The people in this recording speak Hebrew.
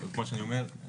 אומר,